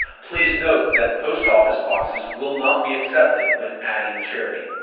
please note that post office boxes will not be accepted when adding a charity.